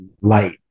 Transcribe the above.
light